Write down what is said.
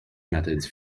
methods